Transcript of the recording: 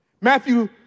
Matthew